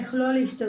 איך לא להשתמש,